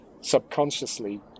subconsciously